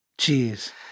Jeez